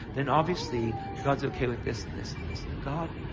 then obviously god's okay with this and this and this. no, god,